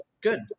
good